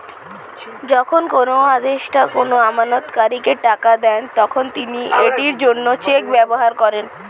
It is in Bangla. যখন কোনো আদেষ্টা কোনো আমানতকারীকে টাকা দেন, তখন তিনি এটির জন্য চেক ব্যবহার করেন